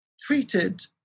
treated